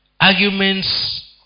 arguments